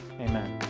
Amen